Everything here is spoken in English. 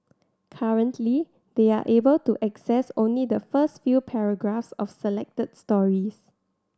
currently they are able to access only the first few paragraphs of selected stories